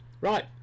Right